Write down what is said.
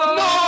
no